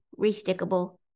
restickable